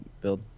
build